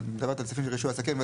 את מדברת על סעיפים של רישוי עסקים.